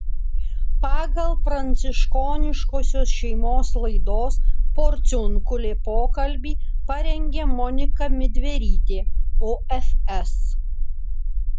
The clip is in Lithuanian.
pagal pranciškoniškosios šeimos laidos porciunkulė pokalbį parengė monika midverytė ofs